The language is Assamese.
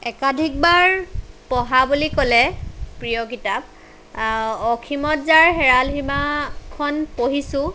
একাধিকবাৰ পঢ়া বুলি ক'লে প্ৰিয় কিতাপ অসীমত যাৰ হেৰাল সীমাখন পঢ়িছোঁ